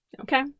Okay